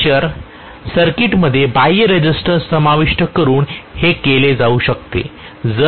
armature सर्किटमध्ये बाह्य resistance समाविष्ट करून हे केले जाऊ शकते